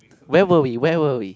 where were we where were we